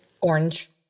orange